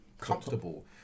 comfortable